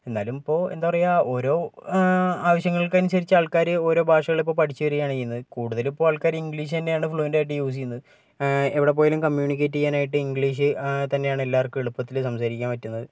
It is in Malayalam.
എന്നാലും ഇപ്പോൾ എന്താ പറയുക ഓരോ ആവശ്യങ്ങൾക്കനുസരിച്ച് ആൾക്കാർ ഓരോ ഭാഷകൾ ഇപ്പോൾ പഠിച്ചു വരികയാണ് ചെയ്യുന്നത് കൂടുതലും ഇപ്പോൾ ആൾക്കാർ ഇംഗ്ലീഷ് തന്നെയാണ് ഫ്ലുവൻ്റായിട്ട് യൂസ് ചെയ്യുന്നത് എവിടെപ്പോയാലും കമ്മ്യൂണിക്കേറ്റ് ചെയ്യാനായിട്ട് ഇംഗ്ലീഷ് തന്നെയാണ് എല്ലാവർക്കും എളുപ്പത്തിൽ സംസാരിക്കാൻ പറ്റുന്നത്